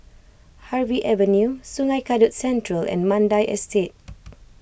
Harvey Avenue Sungei Kadut Central and Mandai Estate